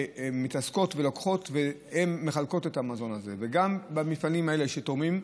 שמתעסקות ולוקחות ומחלקות את המזון הזה וגם עם המפעלים האלה שתורמים,